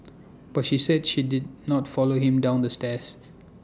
but she say she did not follow him down the stairs